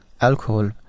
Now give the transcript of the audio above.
Alcohol